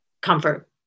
comfort